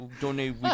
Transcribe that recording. Donate